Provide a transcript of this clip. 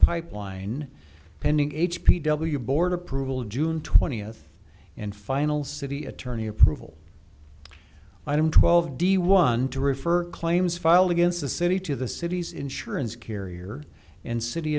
pipeline pending h p w board approval of june twentieth and final city attorney approval i'm twelve d one to refer claims filed against the city to the city's insurance carrier and city